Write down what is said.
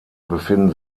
befinden